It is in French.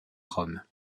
rome